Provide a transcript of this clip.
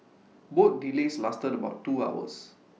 both delays lasted about two hours